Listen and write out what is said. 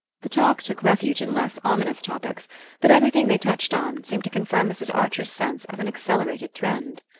the talk took refuge in less ominous topics but everything they touched on seemed to confirm mrs. archer's sense of an accelerated trend.